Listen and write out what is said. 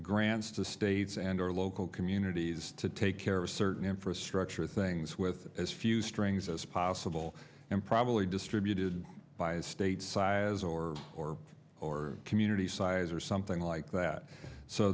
grants to states and or local communities to take care of certain infrastructure things with as few strings as possible and probably distributed by a state size or or or community size or something like that so